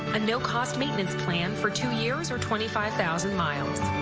a no-cost maintenance plan for two years or twenty five thousand miles.